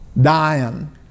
dying